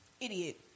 Idiot